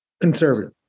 Conservative